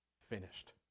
finished